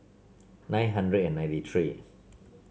nine hundred and ninety three